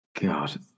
God